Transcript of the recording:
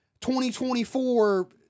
2024